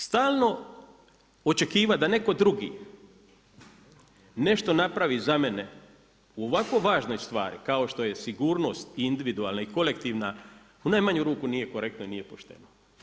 Stalno očekivati da netko drugi, nešto napravi za mene u ovakvoj važnoj stvari, kao što je sigurnost, i individualna i kolektivna, u najmanju ruku nije korektno i nije pošteno.